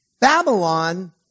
Babylon